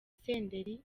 senderi